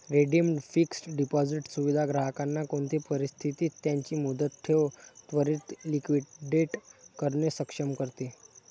redeemed fixed deposit सुविधा ग्राहकांना कोणते परिस्थितीत त्यांची मुदत ठेव त्वरीत लिक्विडेट करणे सक्षम करते